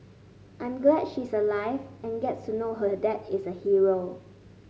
I'm glad she is alive and gets to know her dad is a hero